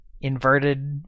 inverted